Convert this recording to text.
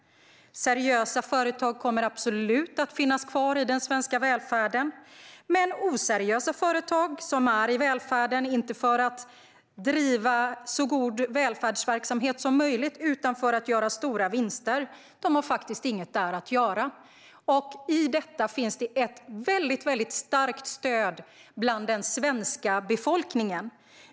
Seriösa företag kommer absolut att finnas kvar i den svenska välfärden. Men oseriösa företag som är i välfärden, inte för att driva så god välfärdsverksamhet som möjligt utan för att göra stora vinster, har faktiskt inget där att göra. För detta finns det ett mycket starkt stöd i den svenska befolkningen.